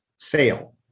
fail